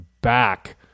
back